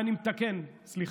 אני מתקן, סליחה: